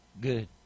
Good